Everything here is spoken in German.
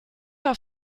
auf